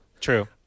True